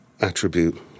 Attribute